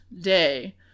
day